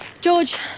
George